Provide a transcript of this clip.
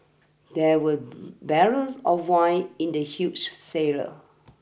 there were barrels of wine in the huge cellar